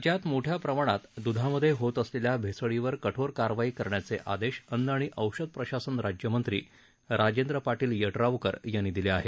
राज्यात मोठ्या प्रमाणात द्धामध्ये होत असलेल्या भेसळीवर कठोर कारवाई करण्याचे आदेश अन्न आणि औषध प्रशासन राज्यमंत्री राजेंद्र पाटील यड्रावकर यांनी दिले आहेत